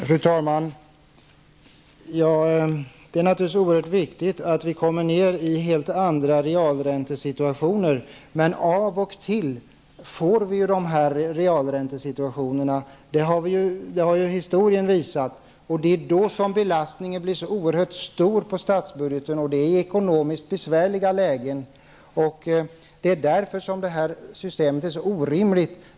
Fru talman! Det är naturligtvis oerhört viktigt att man kommer ned till helt andra realräntenivåer, men av och till uppstår det situationer med höga räntenivåer, vilket i historien har visats. Det är då som belastningen på statsbudgeten blir så oerhört stor, och det i ekonomiskt besvärliga lägen. Det är därför som detta system är så orimligt.